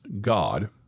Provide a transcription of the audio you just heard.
God